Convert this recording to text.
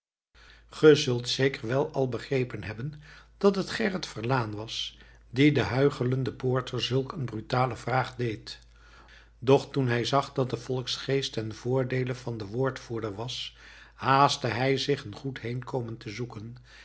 zult zeker wel al begrepen hebben dat het gerrit verlaen was die den huichelenden poorter zulk eene brutale vraag deed doch toen hij zag dat de volksgeest ten voordeele van den woordvoerder was haastte hij zich een goed heenkomen te zoeken